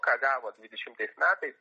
ką gavo dvidešimtais metais